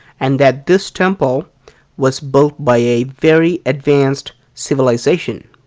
and that this temple was built by a very advanced civilization.